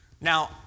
Now